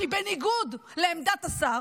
שהיא בניגוד לעמדת השר,